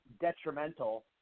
detrimental